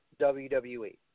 WWE